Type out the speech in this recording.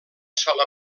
sola